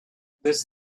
this